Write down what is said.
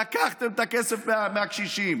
לקחתם את הכסף מהקשישים,